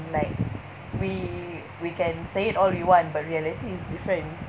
like we we can say it all we want but reality is different